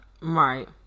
right